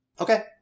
Okay